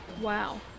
Wow